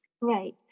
Right